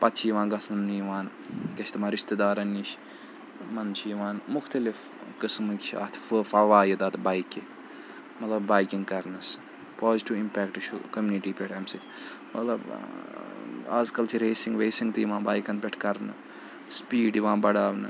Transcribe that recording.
پَتہٕ چھِ یِوان گَژھَن یِوان کیاہ چھِ تِمَن رِشتہٕ دارَن نِش یِمَن چھِ یِوان مُختلِف قٕسمٕکۍ چھِ اَتھ فَوایِد اَتھ بایکہِ مطلب بایکِنٛگ کَرنَس پازِٹِو اِمپیکٹ چھُ کوٚمنِٹی پٮ۪ٹھ أمۍ سۭتۍ مطلب اَزکَل چھِ ریسِنٛگ ویسِنٛگ تہِ یِوان بایکَن پٮ۪ٹھ کَرنہٕ سٕپیٖڈ یِوان بَڑاونہٕ